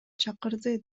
чакырды